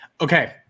okay